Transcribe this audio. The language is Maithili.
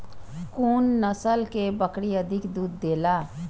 कुन नस्ल के बकरी अधिक दूध देला?